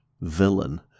villain